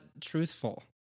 truthful